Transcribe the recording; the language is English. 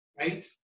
right